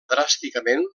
dràsticament